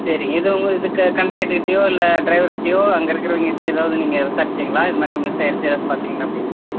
சரிங்க இது உங்கள் இதுக்கு கண்டக்டர்கிட்டேயோ இல்லை ட்ரைவர்கிட்டேயோ அங்கே இருக்கறவங்கக்கிட்டையோ எதாவது நீங்கள் விசாரித்தீங்களா இதுமாதிரி மிஸ் ஆகிருச்சி யாராச்சும் பார்த்தீங்களா அப்படின்ட்டு